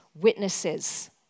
witnesses